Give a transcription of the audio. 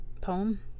poem